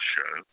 Show